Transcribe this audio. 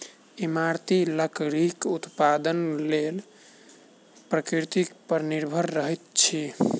इमारती लकड़ीक उत्पादनक लेल प्रकृति पर निर्भर रहैत छी